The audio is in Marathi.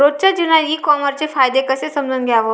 रोजच्या जीवनात ई कामर्सचे फायदे कसे समजून घ्याव?